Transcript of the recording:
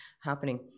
happening